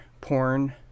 porn